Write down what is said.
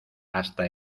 hasta